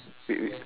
read it